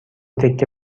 تکه